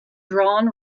drawn